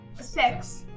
Six